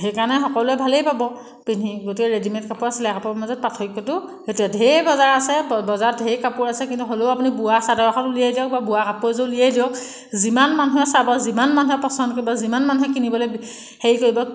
সেইকাৰণে সকলোৱে ভালেই পাব পিন্ধি গোটেই ৰেডি মেড কাপোৰ আৰু চিলাই কাপোৰৰ মাজত পাৰ্থক্যটো সেইটোয়ে ঢেৰ বজাৰ আছে বজাৰত ঢেৰ কাপোৰ আছে কিন্তু হ'লেও আপুনি বোৱা চাদৰখন ওলিয়াই দিয়ক বা বোৱা কাপোৰ এজোৰ ওলিয়াই দিয়ক যিমান মানুহে চাব যিমান মানুহে পচন্দ কৰিব যিমান মানুহে কিনিবলৈ হেৰি কৰিব